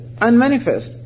unmanifest